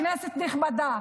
כנסת נכבדה".